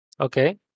Okay